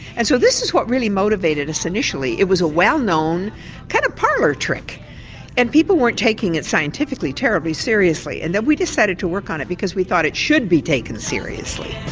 and so this is what really motivated us initially, it was a well known kind of parlour trick and people weren't taking it scientifically terribly seriously. and then we decided to work on it because we thought it should be taken seriously.